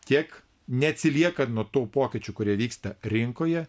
tiek neatsiliekant nuo tų pokyčių kurie vyksta rinkoje